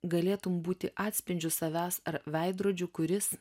galėtum būti atspindžiu savęs ar veidrodžiu kuris